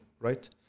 right